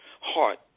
heart